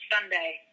Sunday